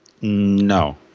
No